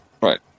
Right